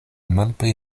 malpli